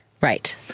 Right